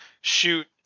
shoot